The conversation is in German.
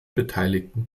beteiligten